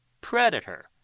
predator